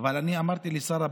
אבל אמרתי לשר הבריאות: